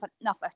enough